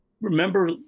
remember